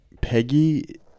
Peggy